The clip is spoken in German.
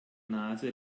nase